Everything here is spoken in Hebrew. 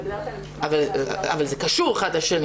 --- אבל זה קשור אחד לשני.